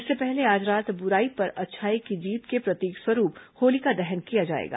इसके पहले आज रात बुराई पर अच्छाई की जीत का प्रतीक होलिका दहन किया जाएगा